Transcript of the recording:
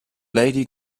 lady